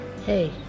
hey